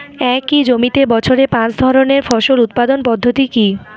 একই জমিতে বছরে পাঁচ ধরনের ফসল উৎপাদন পদ্ধতি কী?